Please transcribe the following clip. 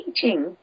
teaching